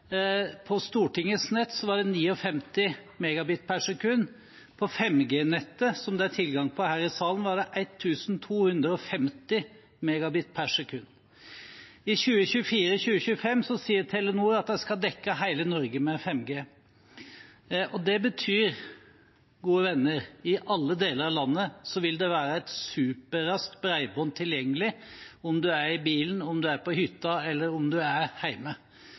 På Stortingets nett var det 59 Mbit/s. På 5G-nettet som det er tilgang til her i salen, var det 1 250 Mbit/s. I 2024/2025 sier Telenor at de skal dekke hele Norge med 5G. Det betyr, gode venner, at i alle deler av landet vil det være et superraskt bredbånd tilgjengelig om en er i bilen, på hytta, eller om en er hjemme. I tillegg kommer fiberutbyggingen som går med full fart. Så jeg er